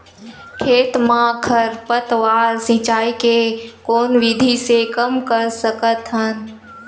खेत म खरपतवार सिंचाई के कोन विधि से कम कर सकथन?